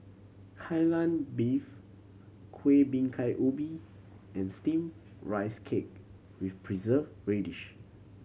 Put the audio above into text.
Kai Lan Beef Kueh Bingka Ubi and Steamed Rice Cake with Preserved Radish